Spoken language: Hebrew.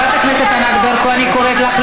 אולי אתה, אני יכולה לעבור